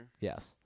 Yes